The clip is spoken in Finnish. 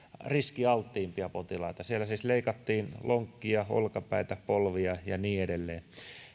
riskialttiimpia potilaita siellä siis leikattiin lonkkia olkapäitä polvia ja niin edelleen